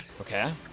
Okay